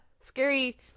scary